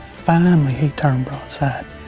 finally he turned broadside.